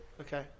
Okay